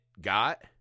got